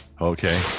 Okay